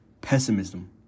Pessimism